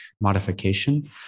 modification